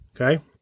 Okay